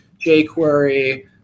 jQuery